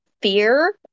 fear